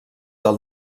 del